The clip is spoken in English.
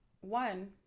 one